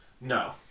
No